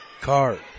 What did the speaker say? Card